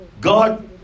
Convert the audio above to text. God